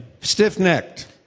stiff-necked